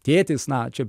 tėtis na čia